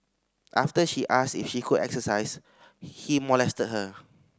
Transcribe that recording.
after she asked if she could exercise he molested her